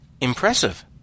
Impressive